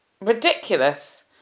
ridiculous